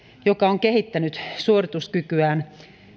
joka on kehittänyt suorituskykyään